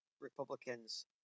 Republicans